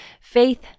faith